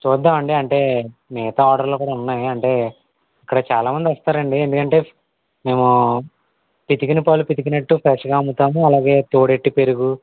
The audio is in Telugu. చూద్దాము అండి అంటే మిగతా ఆర్డర్లు కూడ ఉన్నాయి అంటే ఇక్కడ చాలా మంది వస్తారు అండి ఎందుకంటే మేము పితికిన పాలు పితికినట్టు ఫ్రెష్గా అమ్ముతాము అలాగే తోడేట్టి పెరుగు